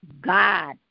God